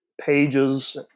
pages